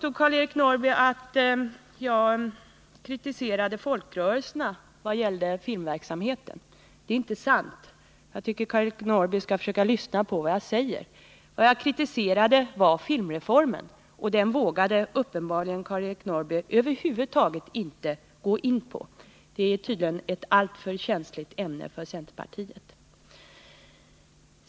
Karl-Eric Norrby påstod att jag hade kritiserat folkrörelserna vad gällde filmverksamheten. Det är inte sant. Jag tycker att Karl-Eric Norrby skall försöka lyssna på vad jag säger. Vad jag kritiserade var filmreformen, och den vågade uppenbarligen Karl-Eric Norrby inte gå in på över huvud taget. Det är tydligen ett alltför känsligt ämne för centerpartiet.